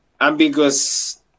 ambiguous